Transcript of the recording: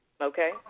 Okay